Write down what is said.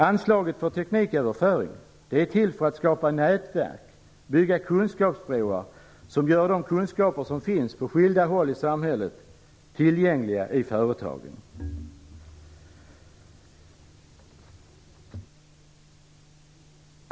Anslaget för tekniköverföring är till för att skapa nätverk och bygga kunskapsbroar som gör de kunskaper som finns på skilda håll i samhället tillgängliga i företagen.